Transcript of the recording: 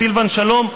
סילבן שלום,